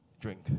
Drink